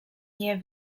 nie